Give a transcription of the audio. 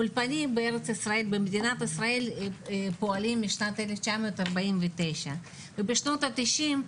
אולפנים במדינת ישראל פועלים מ-1949 ובשנות התשעים,